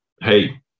Hey